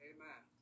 Amen